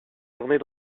journée